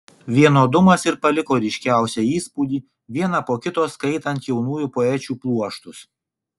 vienodumas ir paliko ryškiausią įspūdį vieną po kito skaitant jaunųjų poečių pluoštus